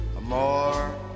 More